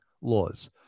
laws